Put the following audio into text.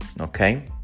Okay